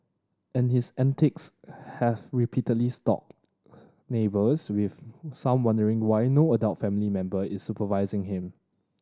and his antics have repeatedly neighbours with some wondering why no adult family member is supervising him